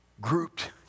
Grouped